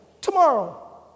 Tomorrow